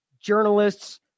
journalists